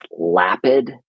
lapid